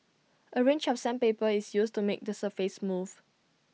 A range of sandpaper is used to make the surface smooth